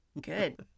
Good